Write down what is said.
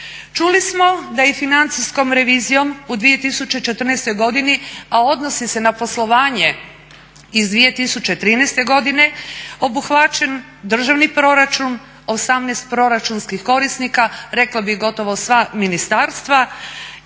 Čuli smo i da i financijskom revizijom u 2014. godini, a odnosi se na poslovanje iz 2013. godine, obuhvaćen državni proračun, 18 proračunskih korisnika rekla bih gotovo sva ministarstva,